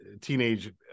teenage